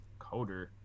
coder